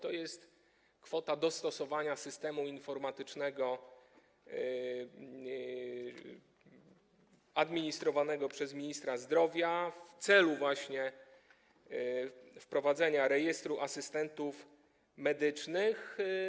To jest koszt dostosowania systemu informatycznego administrowanego przez ministra zdrowia do celów wprowadzenia Rejestru Asystentów Medycznych.